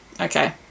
Okay